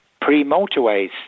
pre-Motorways